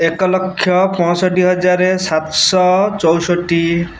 ଏକ ଲକ୍ଷ ପଞ୍ଚଷଠି ହଜାର ସାତଶହ ଚଉଷଠି